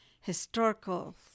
Historical